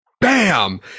Bam